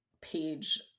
page